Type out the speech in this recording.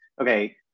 okay